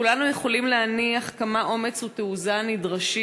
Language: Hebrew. כולנו יכולים להניח כמה אומץ ותעוזה נדרשים.